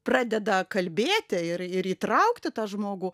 pradeda kalbėti ir ir įtraukti tą žmogų